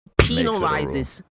penalizes